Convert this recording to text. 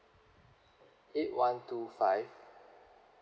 eight one two five